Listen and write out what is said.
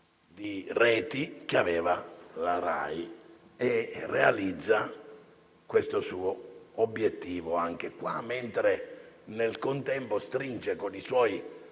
di reti che ha la Rai, e realizza questo suo obiettivo anche in questo campo. Nel contempo stringe con i suoi